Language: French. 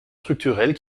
structurelles